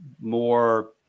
more